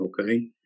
okay